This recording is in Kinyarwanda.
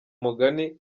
mugani